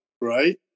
right